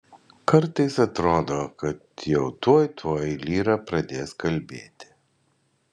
kartais atrodo kad jau tuoj tuoj lyra pradės kalbėti